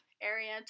area